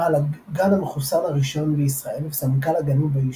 בעל הגן המחוסן הראשון בישראל וסמנכ״ל הגנים והיישובים,